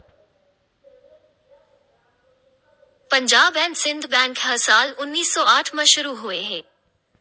Punjab and Sind bank ह साल उन्नीस सौ आठ म शुरू होए हे